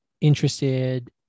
interested